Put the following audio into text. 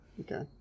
Okay